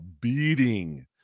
beating